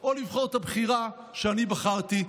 או לבחור את הבחירה שאני בחרתי,